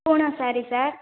பூனம் ஸேரீ சார்